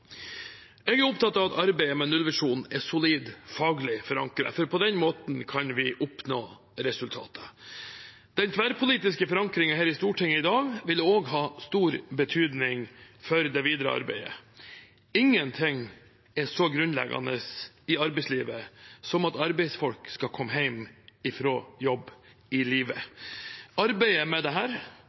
Jeg er opptatt av at arbeidet med nullvisjonen er solid faglig forankret, for på den måten kan vi oppnå resultater. Den tverrpolitiske forankringen her i Stortinget i dag vil også ha stor betydning for det videre arbeidet. Ingen ting er så grunnleggende i arbeidslivet som at arbeidsfolk skal komme hjem fra jobb i live. Arbeidet med dette er, sånn jeg ser det,